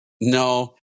No